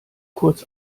kurz